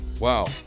Wow